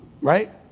right